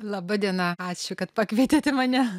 laba diena ačiū kad pakvietėte mane